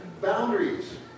boundaries